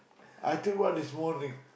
I take one this morning